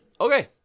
Okay